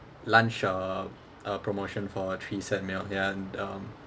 lunch uh a promotion for three set meal ya and um